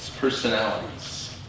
personalities